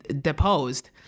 deposed